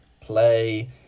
play